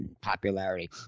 popularity